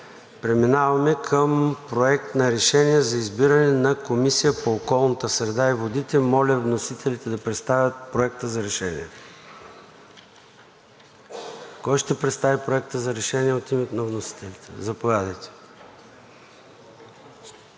Преминаваме към Проекта на решение за избиране на Комисия по околната среда и водите. Моля вносителите да представят Проекта на решение. Кой ще представи Проекта на решение от името на вносителите? Заповядайте.